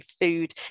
food